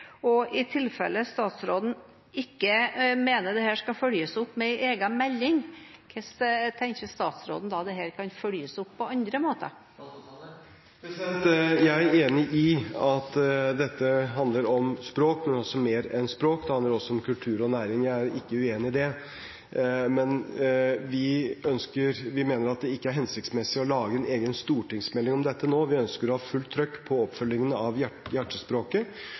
Og i tilfelle statsråden ikke mener dette skal følges opp med en egen melding, hvordan tenker statsråden da at dette kan følges opp på andre måter? Jeg er enig i at dette handler om språk, men også mer enn språk; det handler også om kultur og næring. Jeg er ikke uenig i det, men vi mener at det ikke er hensiktsmessig å lage en egen stortingsmelding om dette nå. Vi ønsker å ha fullt trykk på oppfølgingen av Hjertespråket.